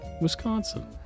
Wisconsin